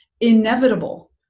inevitable